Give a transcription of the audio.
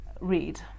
read